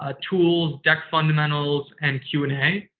ah tools, deck fundamentals and q and a.